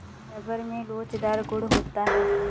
rubber में लोचदार गुण होता है